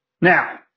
Now